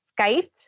Skyped